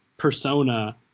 persona